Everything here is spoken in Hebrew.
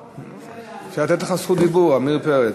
אפשר לתת לך זכות דיבור, עמיר פרץ.